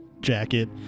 jacket